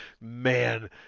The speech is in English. man